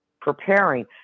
preparing